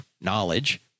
knowledge